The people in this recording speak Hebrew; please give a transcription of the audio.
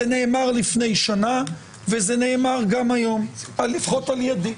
זה נאמר לפני שנה וזה נאמר גם היום לפחות על ידי.